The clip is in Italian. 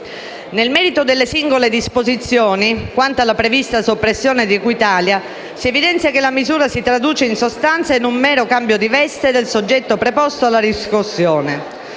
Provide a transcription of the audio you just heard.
Nel merito delle singole disposizioni, quanto alla prevista soppressione di Equitalia, si evidenzia che la misura si traduce, in sostanza, in un mero cambio di veste del soggetto preposto alla riscossione.